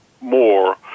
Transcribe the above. More